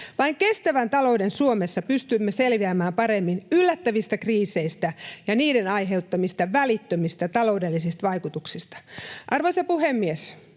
Vain kestävän talouden Suomessa pystymme selviämään paremmin yllättävistä kriiseistä ja niiden aiheuttamista välittömistä taloudellisista vaikutuksista. Arvoisa puhemies!